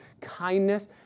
kindness